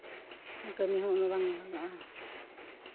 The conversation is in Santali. ᱠᱟᱹᱢᱤ ᱦᱚᱸ ᱩᱱᱟᱹᱜ ᱵᱟᱝ ᱞᱟᱜᱟᱜᱼᱟ